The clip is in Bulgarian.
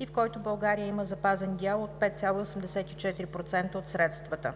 и в който България има запазен дял от 5,84% от средствата.